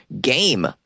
game